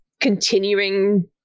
continuing